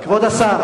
כבוד השר,